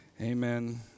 Amen